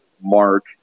mark